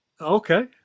Okay